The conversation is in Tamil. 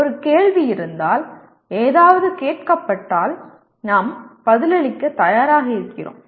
ஒரு கேள்வி இருந்தால் ஏதாவது கேட்கப்பட்டால் நாம் பதிலளிக்க தயாராக இருக்கிறோம்